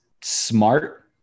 Smart